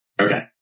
Okay